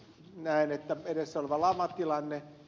näen että edessä oleva lamatilanne